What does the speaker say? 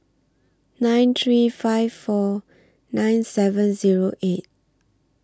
nine three five four nine seven Zero eight